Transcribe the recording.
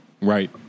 right